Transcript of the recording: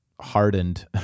hardened